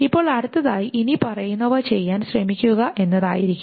ഇപ്പോൾ അടുത്തതായി ഇനിപ്പറയുന്നവ ചെയ്യാൻ ശ്രമിക്കുക എന്നതായിരിക്കും